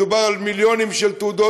מדובר על מיליונים של תעודות,